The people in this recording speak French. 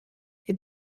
est